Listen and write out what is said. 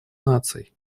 наций